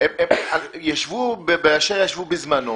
ישבו באשר ישבו בזמנו.